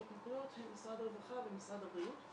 ההתמכרויות הם משרד הרווחה ומשרד הבריאות.